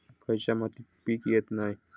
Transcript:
खयच्या मातीत पीक येत नाय?